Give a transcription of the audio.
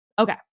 Okay